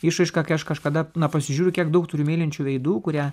išraiška kai aš kažkada na pasižiūriu kiek daug turiu mylinčių veidų kurie